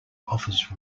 offers